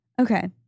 Okay